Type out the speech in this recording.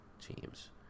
teams